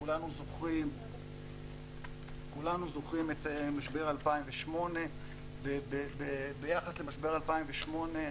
כולנו זוכרים את משבר 2008. ביחס למשבר 2008,